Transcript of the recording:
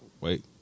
wait